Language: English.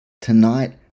Tonight